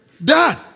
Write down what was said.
Dad